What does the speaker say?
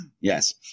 Yes